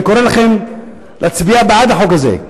אני קורא לכם להצביע בעד החוק הזה.